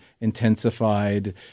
intensified